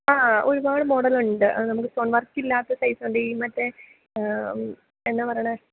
ആ ഒരുപാട് മോഡലുണ്ട് നമുക്ക് സ്റ്റോൺ വർക്കില്ലാത്ത സൈസുണ്ട് ഈ മറ്റേ എന്നാണ് പറയണത്